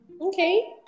Okay